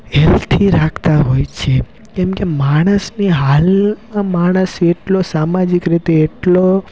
healthy રાખતા હોય છે કેમ કે માણસની હાલ આ માણસ એટલો સામાજિક રીતે એટલો